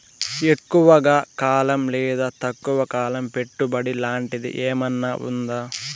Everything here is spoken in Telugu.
ఎక్కువగా కాలం లేదా తక్కువ కాలం పెట్టుబడి లాంటిది ఏమన్నా ఉందా